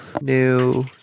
new